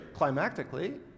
climactically